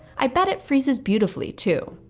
i bet it freezes beautifully too.